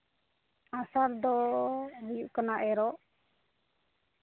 ᱟᱥᱟᱲ ᱫᱚ ᱦᱩᱭᱩᱜ ᱠᱟᱱᱟ ᱮᱨᱚᱜ